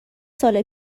سال